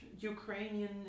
Ukrainian